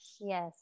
Yes